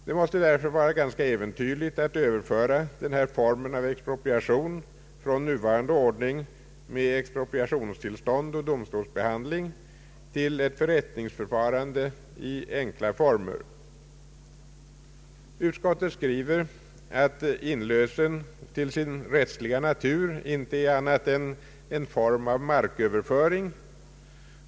Det måste därför vara ganska äventyrligt att överföra denna form av expropriation från nuvarande ordning med expropriationstillstånd och domstolsbehandling till ett förrättningsförfarande i enkla former. Utskottet skriver att inlösen till sin rättsliga natur inte är annat än en form av marköverföring.